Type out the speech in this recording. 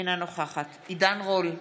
אינה נוכחת עידן רול,